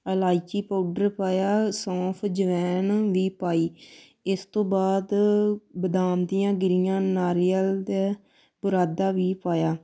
ਇਲਾਇਚੀ ਪਾਊਡਰ ਪਾਇਆ ਸੌਂਫ ਅਜਵਾਇਣ ਵੀ ਪਾਈ ਇਸ ਤੋਂ ਬਾਅਦ ਬਦਾਮ ਦੀਆਂ ਗਿਰੀਆਂ ਨਾਰੀਅਲ ਅਤੇ ਬੁਰਾਦਾ ਵੀ ਪਾਇਆ